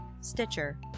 Stitcher